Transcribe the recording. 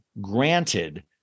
granted